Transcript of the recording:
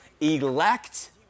elect